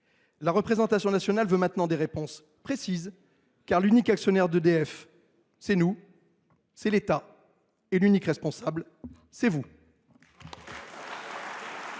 La représentation nationale veut maintenant des réponses précises, car l’unique actionnaire d’EDF, c’est nous, c’est l’État, et l’unique responsable, c’est vous